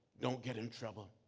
don't get in trouble.